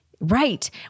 Right